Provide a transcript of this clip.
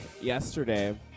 yesterday